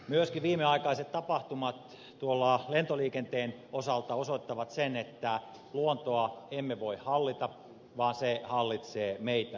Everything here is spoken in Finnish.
myöskin viimeaikaiset tapahtumat lentoliikenteen osalta osoittavat sen että luontoa emme voi hallita vaan se hallitsee meitä